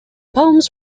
poems